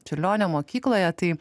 čiurlionio mokykloje tai